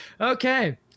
Okay